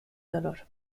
dolor